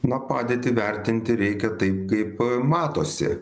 na padėtį vertinti reikia taip kaip matosi